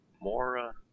more